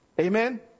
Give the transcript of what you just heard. amen